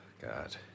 God